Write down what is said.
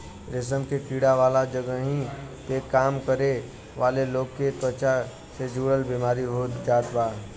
रेशम के कीड़ा वाला जगही पे काम करे वाला लोग के भी त्वचा से जुड़ल बेमारी हो जात बा